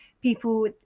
People